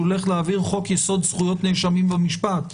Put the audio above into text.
הולך להעביר חוק-יסוד: זכויות נאשמים במשפט.